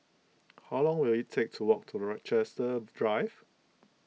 how long will it take to walk to Rochester Drive